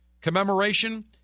commemoration